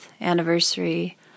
anniversary